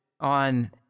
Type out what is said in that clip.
On